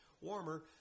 warmer